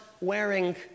wearing